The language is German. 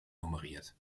nummeriert